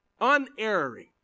Unerring